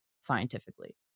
scientifically